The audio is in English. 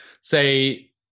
say